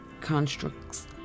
constructs